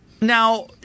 now